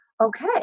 okay